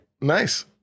Nice